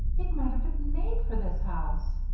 it might have been made for this house!